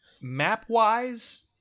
Map-wise